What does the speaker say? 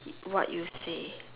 what you say